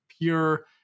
pure